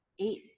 eight